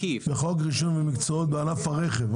בחוק רישוי ומקצועות בענף הרכב,